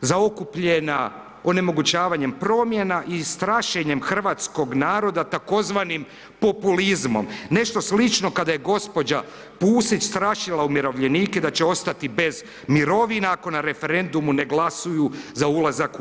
zaokupljena onemogućavanjem promjena i strašenjem hrvatskog naroda tzv. populizmom, nešto slično kada je gđa. Pusić strašila umirovljenike da će ostati bez mirovina ako na referendumu ne glasuju za ulazak u EU.